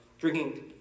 drinking